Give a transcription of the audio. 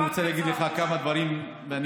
אני רוצה להגיד לך כמה דברים וארד,